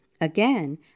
Again